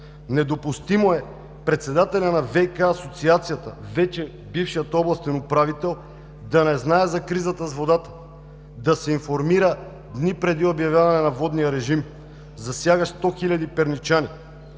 недопустимо е председателят на ВиК асоциацията, вече бившият областен управител, да не знае за кризата с водата, да се информира дни преди обявяването на водния режим, засягащ 100 хиляди перничани.